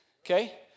okay